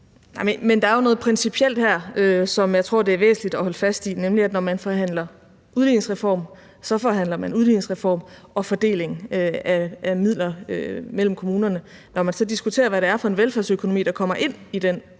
Men der er jo noget principielt her, som jeg tror det er væsentligt at holde fast i, nemlig at når man forhandler udligningsreform, forhandler man udligningsreform og fordeling af midler mellem kommunerne. Og når man så diskuterer, hvad det er for en velfærdsøkonomi, der kommer ind i den